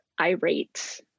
irate